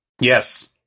Yes